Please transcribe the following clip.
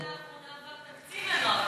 רק בשנה האחרונה עבר תקציב לנוער הגבעות.